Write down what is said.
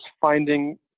finding